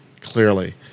Clearly